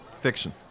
fiction